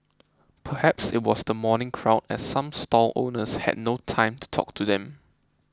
perhaps it was the morning crowd as some stall owners had no time to talk to them